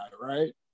right